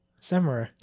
Samurai